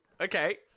okay